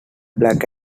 black